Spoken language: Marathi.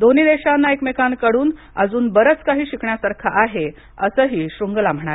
दोन्ही देशांना एकमेकांकडून अजून बरच काही शिकण्यासारखं आहे असंही श्रुन्गला म्हणाले